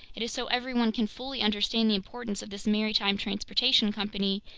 it is so everyone can fully understand the importance of this maritime transportation company,